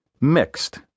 Mixed